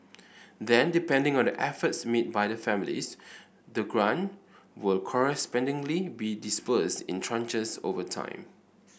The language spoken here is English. then depending on the efforts made by the families the grant will correspondingly be disbursed in tranches over time